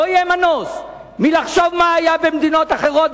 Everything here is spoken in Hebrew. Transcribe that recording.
לא יהיה מנוס מלחשוב מה היה במדינות אחרות,